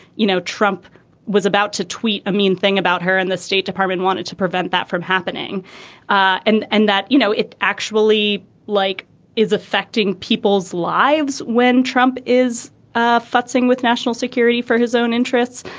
you know, trump was about to tweet a mean thing about her in the state department, wanted to prevent that from happening and and that, you know, it actually like is affecting people's lives when trump is ah fussing with national security for his own interests.